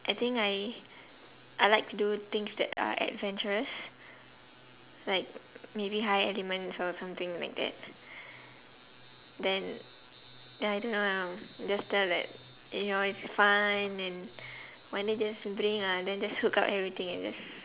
I think I I like to do things that are adventurous like maybe high elements or something like that then then I don't know just tell that you know it's fun and one day just bring ah then just hook up everything and just